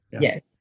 yes